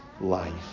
life